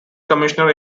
commissioner